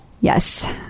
yes